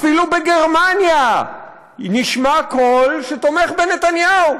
אפילו בגרמניה נשמע קול שתומך בנתניהו.